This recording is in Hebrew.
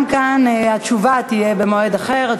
גם כאן התשובה וההצבעה במועד אחר.